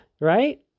Right